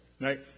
Right